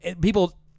People